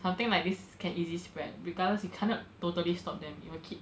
something like this can easily spread regardless you cannot totally stop them it will keep